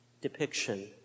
depiction